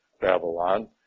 Babylon